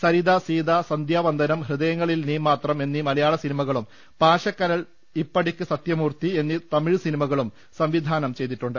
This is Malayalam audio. സരിത സീത സന്ധ്യാവന്ദനം ഹൃദയങ്ങളിൽ നീ മാത്രം എന്നീ മലയാള സിനിമകളും പാശക്കനൽ ഇപ്പടിക്ക് സ്തൃമൂർത്തി എന്നീ തമിഴ് സിനിമകളും സംവിധാനം ചെയ്തിട്ടുണ്ട്